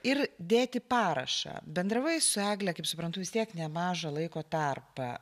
ir dėti parašą bendravai su egle kaip suprantu jūs tiek nemažą laiko tarpą